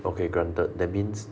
okay granted that means